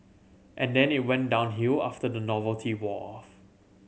and then it went downhill after the novelty wore off